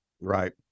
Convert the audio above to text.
Right